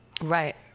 Right